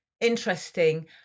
interesting